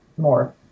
more